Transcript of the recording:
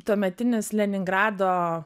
tuometinis leningrado